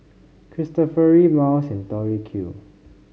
Cristofori Miles and Tori Q